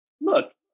look